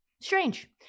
strange